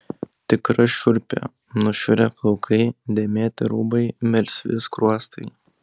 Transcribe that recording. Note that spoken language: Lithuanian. tikra šiurpė nušiurę plaukai dėmėti rūbai melsvi skruostai